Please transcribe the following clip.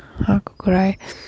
হাঁহ কুকুৰাই